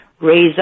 raise